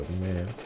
man